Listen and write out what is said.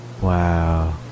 Wow